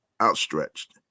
outstretched